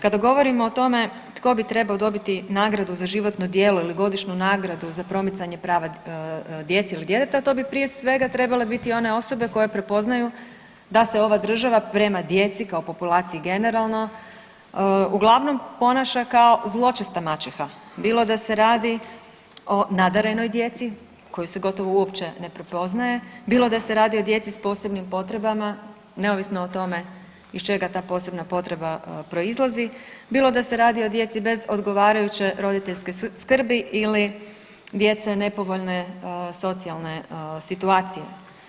Kada govorimo o tome tko bi trebao dobiti nagradu za životno djelo ili godišnju nagradu za promicanje prava djece ili djeteta to bi prije svega trebale biti one osobe koje prepoznaju da se ova država prema djeci kao populaciji generalno uglavnom ponaša kao zločesta maćeha bilo da se radi o nadarenoj djeci koju se gotovo uopće ne prepoznaje, bilo da se radio o djeci sa posebnim potrebama neovisno o tome iz čega ta posebna potreba proizlazi, bilo da se radi o djeci bez odgovarajuće roditeljske skrbi ili djece nepovoljne socijalne situacije.